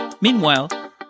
Meanwhile